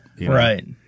Right